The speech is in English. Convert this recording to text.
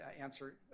answer